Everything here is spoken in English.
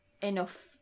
enough